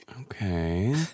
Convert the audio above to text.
Okay